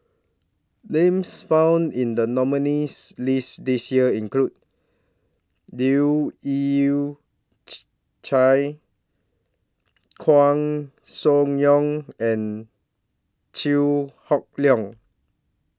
Names found in The nominees' list This Year include Leu Yew Chye Koeh Sia Yong and Chew Hock Leong